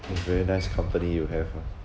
is very nice company you have ah